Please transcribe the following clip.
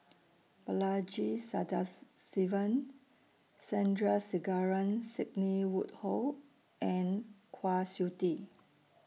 Balaji Sadasivan Sandrasegaran Sidney Woodhull and Kwa Siew Tee